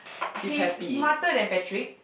he's smarter than Patrick